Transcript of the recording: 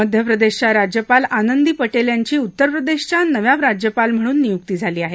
मध्य प्रदेशच्या राज्यपाल आनंदी पटेल यांची उत्तर प्रदेशच्या नव्या राज्यपाल म्हणून नियूक्ती झाली आहे